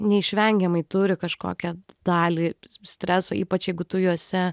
neišvengiamai turi kažkokią dalį streso ypač jeigu tu juose